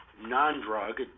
non-drug